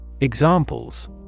Examples